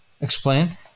Explain